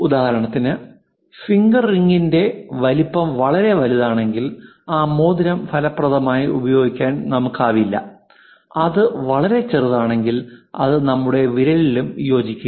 ഉദാഹരണത്തിന് ഫിംഗർ റിങ്ങിന്റെ വലുപ്പം വളരെ വലുതാണെങ്കിൽ ആ മോതിരം ഫലപ്രദമായി ഉപയോഗിക്കാൻ നമുക്കാവില്ല അത് വളരെ ചെറുതാണെങ്കിൽ അത് നമ്മുടെ വിരലിലും യോജിക്കില്ല